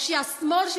או השמאל,